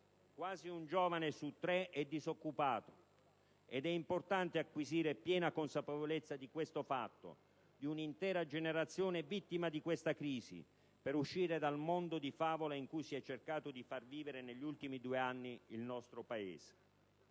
quasi un giovane su tre è disoccupato ed è importante acquisire piena consapevolezza di questo fatto, di un'intera generazione vittima di questa crisi, per uscire dal mondo di favola in cui si è cercato di far vivere negli ultimi due anni il nostro Paese.